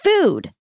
food